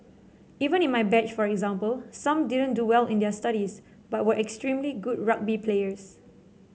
even in my batch for example some didn't do well in their studies but were extremely good rugby players